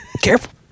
careful